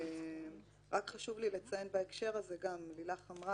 אבל משום שזו ההצעה שהממשלה מוכנה להעביר,